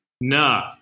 Nah